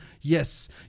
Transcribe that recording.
yes